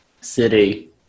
city